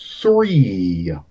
three